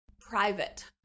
private